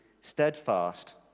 steadfast